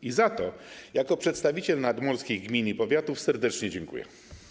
I za to jako przedstawiciel nadmorskich gmin i powiatów serdecznie dziękuję.